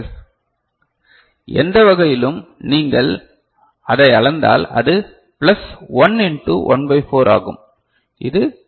எனவே எந்த வகையிலும் நீங்கள் அதை அளந்தால் அது பிளஸ் 1 இண்டு 1 பை 4 ஆகும் இது 5 பை 4 எல்